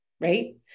Right